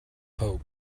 hope